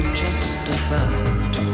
justified